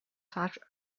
fat